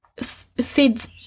Sid's